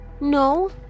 No